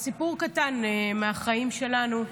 סיפור קטן מהחיים שלנו.